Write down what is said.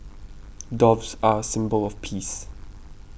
doves are a symbol of peace